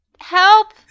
help